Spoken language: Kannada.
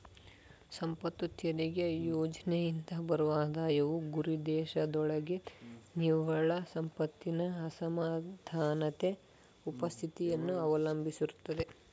ಸಂಪತ್ತು ತೆರಿಗೆ ಯೋಜ್ನೆಯಿಂದ ಬರುವ ಆದಾಯವು ಗುರಿದೇಶದೊಳಗೆ ನಿವ್ವಳ ಸಂಪತ್ತಿನ ಅಸಮಾನತೆಯ ಉಪಸ್ಥಿತಿಯನ್ನ ಅವಲಂಬಿಸಿರುತ್ತೆ